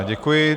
Děkuji.